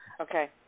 Okay